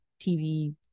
TV